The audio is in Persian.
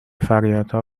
فریادها